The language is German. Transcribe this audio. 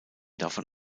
davon